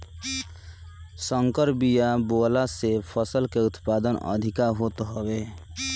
संकर बिया बोअला से फसल के उत्पादन अधिका होत हवे